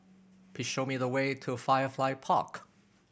please show me the way to Firefly Park